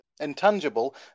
intangible